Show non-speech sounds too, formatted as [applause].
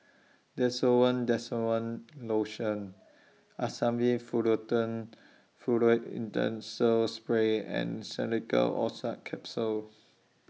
Desowen Desowen Lotion Asamys [unintelligible] Furoate [unintelligible] Spray and Xenical Orlistat Capsules